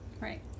Right